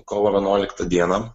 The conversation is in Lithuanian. kovo vienuoliktą dieną